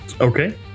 okay